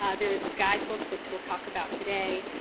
ah there is a guidebook which we'll talk about today.